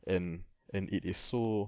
and and it is so